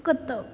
कुतो